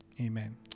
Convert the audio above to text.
amen